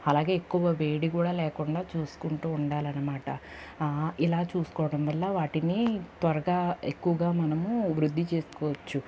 అలాగే ఎక్కువ వేడి కూడా లేకుండా చూసుకుంటూ ఉండాలనమాట ఇలా చూసుకోవడం వల్ల వాటిని త్వరగా ఎక్కువగా మనము వృద్ధి చేసుకోవచ్చు